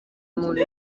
muntu